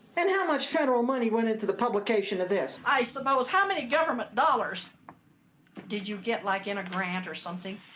and how much federal money went into the publication of this? i suppose, how many government dollars did you get, like in a grant or something,